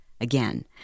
again